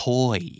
Toy